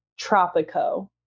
Tropico